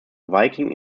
viking